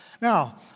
Now